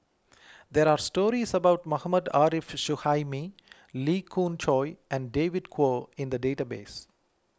there are stories about Mohammad Arif Suhaimi Lee Khoon Choy and David Kwo in the database